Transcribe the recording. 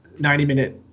90-minute